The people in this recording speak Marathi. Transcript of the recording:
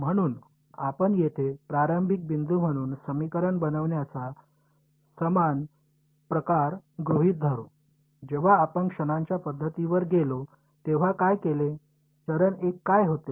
म्हणून आपण येथे प्रारंभिक बिंदू म्हणून समीकरण बनवण्याचा समान प्रकार गृहित धरू जेव्हा आपण क्षणांच्या पद्धतीवर गेलो तेव्हा काय केले चरण 1 काय होते